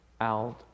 out